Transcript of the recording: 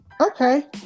okay